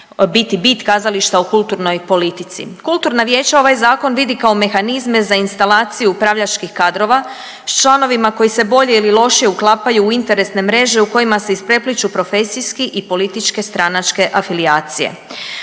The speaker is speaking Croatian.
biti bit kazališta u kulturnoj politici. Kulturna vijeća ovaj zakon vidi kao mehanizme za instalaciju upravljačkih kadrova s članovima koji se bolje ili lošije uklapaju u interesne mreže u kojima se isprepliću profesijski i političke stranačke afilijacije.